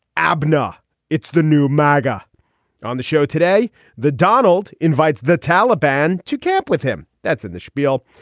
abner it's the new maga on the show today the donald invites the taliban to camp with him. that's in the spiel.